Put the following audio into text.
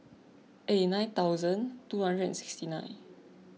eight nine thousand two hundred and sixty nine